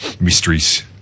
mysteries